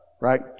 right